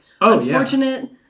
unfortunate